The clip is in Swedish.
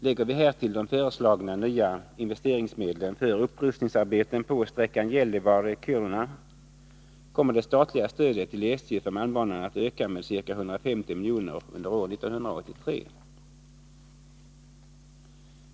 Lägger vi härtill de föreslagna nya investeringsmedlen för upprustningsarbeten på sträckan Gällivare-Kiruna, kommer det statliga stödet till SJ för malmbanan att öka med ca 150 milj.kr. under år 1983.